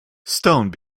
stone